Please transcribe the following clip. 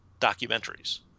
documentaries